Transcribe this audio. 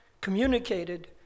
communicated